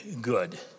good